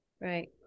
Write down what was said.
Right